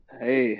Hey